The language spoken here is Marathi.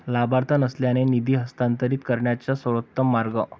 लाभार्थी नसलेल्यांना निधी हस्तांतरित करण्याचा सर्वोत्तम मार्ग